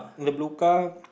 the blue car